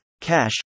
Cash